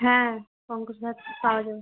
হ্যাঁ পঙ্কজ ধান পাওয়া যাবে